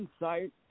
insight